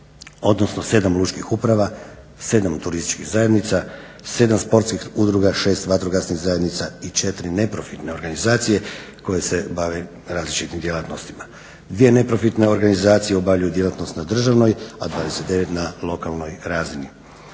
odnosno 7 lučkih uprava, 7 turističkih zajednica, 7 sportskih udruga, 6 vatrogasnih zajednica i 4 neprofitne organizacije koje se bave različitim djelatnostima. Dvije neprofitne organizacije obavljaju djelatnost na državnoj, a 29 na lokalnoj razini.